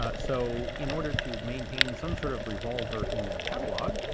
ah so in order to maintain some sort of revolver in their catalogue,